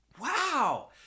Wow